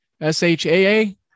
S-H-A-A